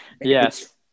Yes